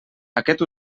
aquest